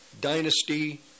dynasty